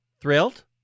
thrilled